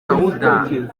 soudan